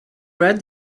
read